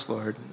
Lord